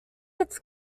its